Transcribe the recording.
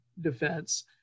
defense